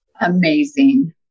Amazing